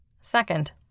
Second